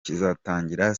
kizatangira